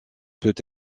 peut